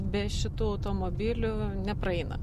be šitų automobilių nepraeina